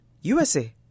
USA